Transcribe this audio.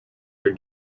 are